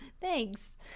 thanks